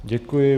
Děkuji.